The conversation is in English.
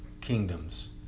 kingdoms